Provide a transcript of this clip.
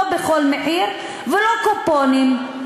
לא בכל מחיר ולא קופונים,